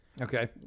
Okay